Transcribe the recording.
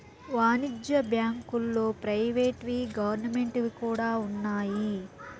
వాణిజ్య బ్యాంకుల్లో ప్రైవేట్ వి గవర్నమెంట్ వి కూడా ఉన్నాయి